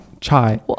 chai